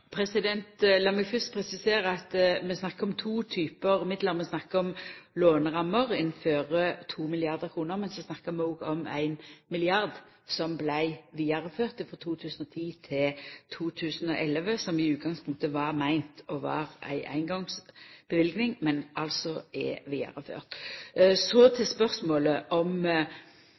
meg fyrst presisera at vi snakkar om to typar midlar, vi snakkar om lånerammer innanfor 2 mrd. kr, men så snakkar vi òg om 1 mrd. kr som vart vidareført frå 2010 til 2011, som i utgangspunktet var meint å vera ei eingongsløyving, men som altså er vidareført. Så til spørsmålet om